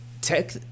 tech